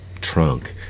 trunk